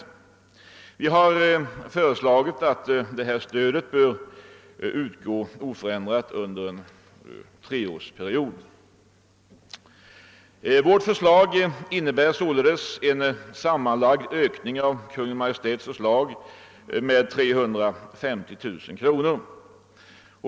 Vi har föreslagit att detta stöd bör utgå oförändrat under en treårsperiod. Vårt förslag innebär således en sammanlagd ökning i jämförelse med Kungl. Maj:ts förslag med 350 000 kronor.